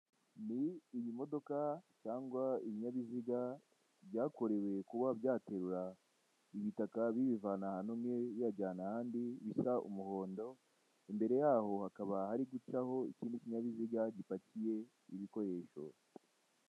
Ni iyi modoka cyangwa ibinyabiziga, byakorewe kuba byaterura ibitaka bibivana ahantu biyajyana ahandi bishya umuhondo, imbere yaho hakaba hari gucaho ikindi kinyabiziga gipakiyeye ibikoresho